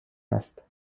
است